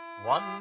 One